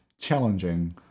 challenging